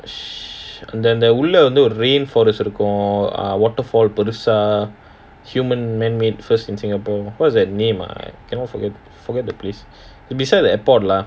அந்த அந்த உள்ள ஒரு:antha antha ulla oru rainforest இருக்கும்:irukkum waterfall பெருசா:perusa human manmade first in singapore what's that name ah cannot forget forget the place the beside the airport lah